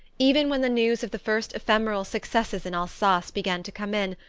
even when the news of the first ephemeral successes in alsace began to come in,